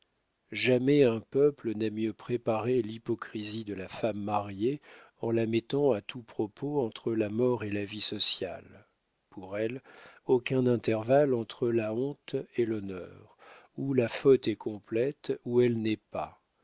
jamais un peuple n'a mieux préparé l'hypocrisie de la femme mariée en la mettant à tout propos entre la mort et la vie sociale pour elle aucun intervalle entre la honte et l'honneur ou la faute est complète ou elle n'est pas